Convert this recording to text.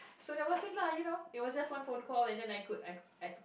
so that was it lah you know it was just one phone call and then I could I I